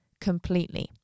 completely